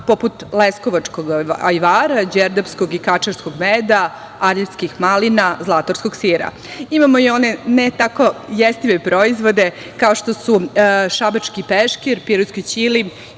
poput leskovačkog ajvara, đerdapskog i kačerskog meda, ariljskih malina, zlatarskog sira. Imamo i one ne tako jestive proizvode, kao što su šabački peškir, pirotski ćilim